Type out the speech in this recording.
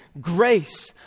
grace